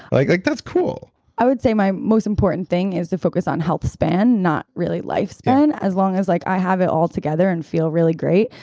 like like that's cool i would say my most important thing is to focus on health span, not really life span. as long as like i have it all together and feel really great,